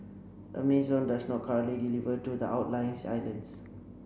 Amazon does not currently deliver to the outlying islands